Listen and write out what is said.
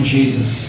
Jesus